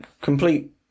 complete